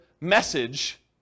message